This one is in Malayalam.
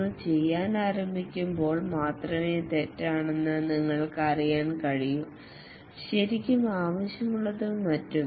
നിങ്ങൾ ചെയ്യാൻ ആരംഭിക്കുമ്പോൾ മാത്രമേ തെറ്റാണെന്ന് നിങ്ങൾക്ക് അറിയാൻ കഴിയൂ ശരിക്കും ആവശ്യമുള്ളതും മറ്റും